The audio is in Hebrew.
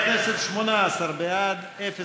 כדי לא להכתים את המושג שאמור להיות יפה: